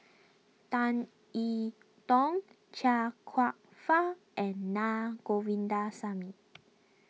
Tan E Tong Chia Kwek Fah and Na Govindasamy